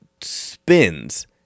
spins